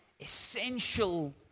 essential